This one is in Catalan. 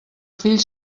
fill